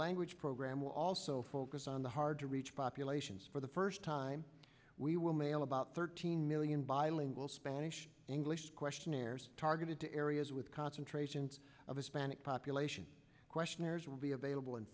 language program will also focus on the hard to reach populations for the first time we will mail about thirteen million bilingual spanish english questionnaires targeted to areas with concentrations of hispanic population questionnaires will be available